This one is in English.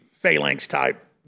phalanx-type